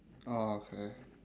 oh okay